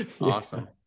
Awesome